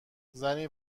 زنی